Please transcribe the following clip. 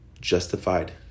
justified